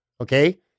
okay